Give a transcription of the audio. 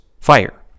Fire